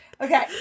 Okay